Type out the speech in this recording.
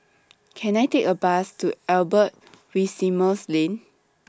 Can I Take A Bus to Albert Winsemius Lane